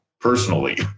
personally